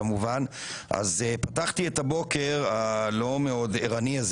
אז פתחתי את הבוקר הלא מאוד ערני הזה